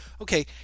okay